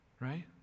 Right